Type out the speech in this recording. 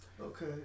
Okay